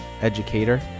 educator